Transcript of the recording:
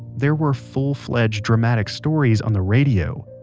there were full fledged dramatic stories on the radio.